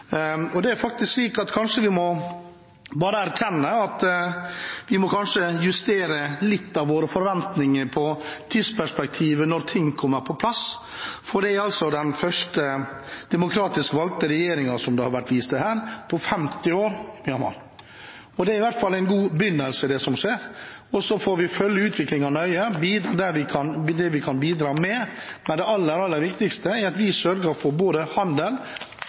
tidsperspektivet for når ting kommer på plass, for dette er altså, som det har vært vist til her, den første demokratisk valgte regjeringen på 50 år i Myanmar. Det er i hvert fall en god begynnelse, det som skjer. Så får vi følge utviklingen nøye og bidra med det vi kan bidra med. Det aller, aller viktigste er at vi sørger for både handel,